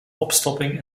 opstopping